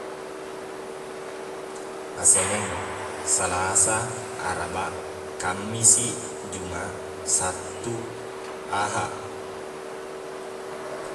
Aseneng salasa arabaq kammisiq jumaq sattu ahaq